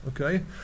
okay